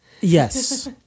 Yes